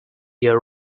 your